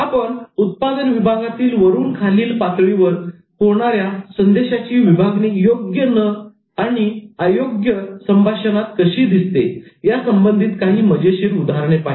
आपण उत्पादन विकास विभागातील वरून खालील पातळीवर होणाऱ्या संदेशाची विभागणी योग्य आणि अयोग्य संभाषणात कशी होते या संबंधित काही मजेशीर उदाहरणे पाहिली